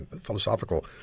philosophical